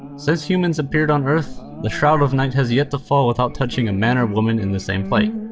since humans appeared on earth, the shroud of night has yet to fall without touching a man or woman in the same play.